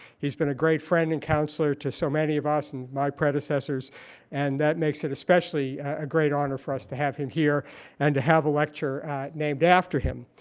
he's been a great friend and counselor to so many of us and my predecessors and that makes it especially a great honor for us to have him here and to have a lecture named after him.